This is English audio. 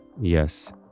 Yes